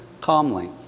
calmly